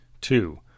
Two